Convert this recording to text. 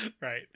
Right